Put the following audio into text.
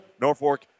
Norfolk